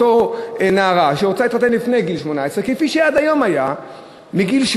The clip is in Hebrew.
אותה נערה שרוצה להתחתן לפני גיל 18,